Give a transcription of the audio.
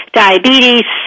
diabetes